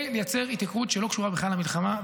לייצר התייקרות שלא קשורה בכלל למלחמה,